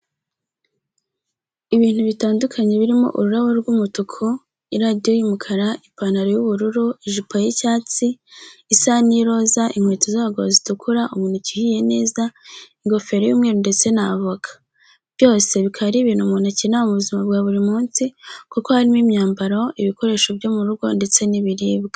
Ibintu bitandukanye birimo ururabo rw'umutuku, iradiyo y'umukara, ipantaro y'ubururu, ijipo y'icyatsi, isahani y'iroza, inkweto z'abagabo zitukura, umuneke uhiye neza, ingofero y'umweru ndetse n'avoka. byose bikaba ari ibintu umuntu akenera mu buzima bwa buri munsi kuko harimo imyambaro, ibikoresho byo mu rugo ndetse n'ibiribwa.